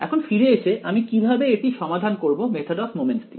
এখন ফিরে এসে আমি কিভাবে এটি সমাধান করব মেথদ অফ মমেন্টস দিয়ে